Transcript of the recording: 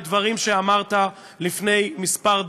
לדברים שאמרת לפני כמה דקות.